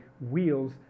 wheels